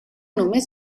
només